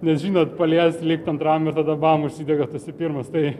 nes žinot palies likt antram ir tada bam užsidega tu esi pirmas tai